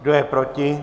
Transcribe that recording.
Kdo je proti?